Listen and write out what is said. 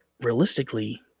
realistically